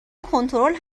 کنترل